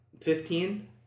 fifteen